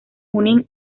junín